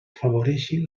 afavoreixin